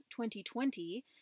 2020